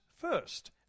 first